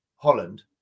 Holland